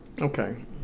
Okay